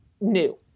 new